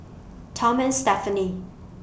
Tom and Stephanie